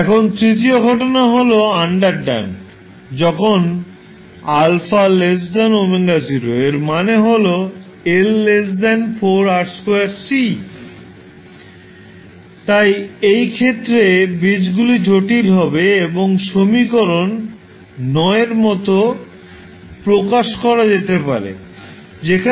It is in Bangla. এখন তৃতীয় ঘটনা হল আন্ডারড্যাম্পড যখন α ω0 এর মানে হল L 4R2C তাই এই ক্ষেত্রে বীজগুলি জটিল হবে এবং সমীকরণ এর মতো প্রকাশ করা যেতে পারে যেখানে